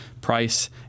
price